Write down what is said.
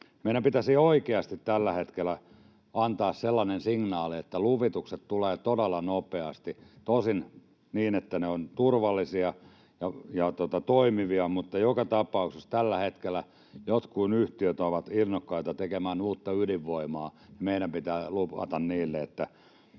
Meidän pitäisi oikeasti tällä hetkellä antaa sellainen signaali, että luvitukset tulevat todella nopeasti, tosin niin, että ne ovat turvallisia ja toimivia, mutta joka tapauksessa tällä hetkellä jotkut yhtiöt ovat innokkaita tekemään uutta ydinvoimaa, ja meidän pitää luvata niille, että